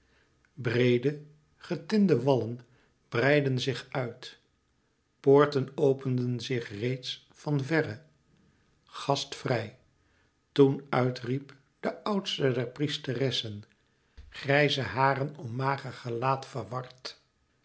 breede getinde wallen breidden zich uit poorten openden zich reeds van verre gastvrij toen uit riep de oudste der priesteressen grijze haren om mager gelaat verward